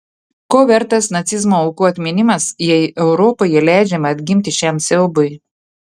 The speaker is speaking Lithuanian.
ko vertas nacizmo aukų atminimas jei europoje leidžiama atgimti šiam siaubui